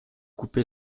coupé